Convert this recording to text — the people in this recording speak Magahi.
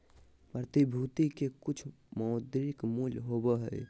प्रतिभूति के कुछ मौद्रिक मूल्य होबो हइ